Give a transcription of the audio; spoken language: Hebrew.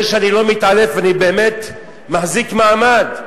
זה שאני לא מתעלף, אני באמת מחזיק מעמד,